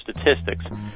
statistics